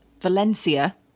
Valencia